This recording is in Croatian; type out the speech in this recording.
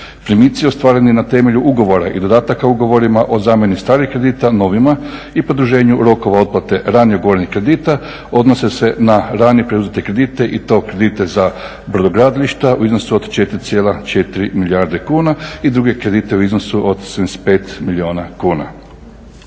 Primici ostvareni na temelju ugovora i dodataka ugovorima o zamjeni starih kredita novima i produženju rokova otplate ranije ugovorenih kredita odnose se na ranije preuzete kredite i to kredite za brodogradilišta u iznosu od 4,4 milijarde kuna i druge kredite u iznosu od 75 milijuna kuna.